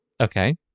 Okay